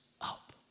up